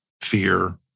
fear